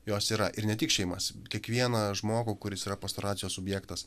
jos yra ir ne tik šeimas kiekvieną žmogų kuris yra pastoracijos subjektas